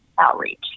outreach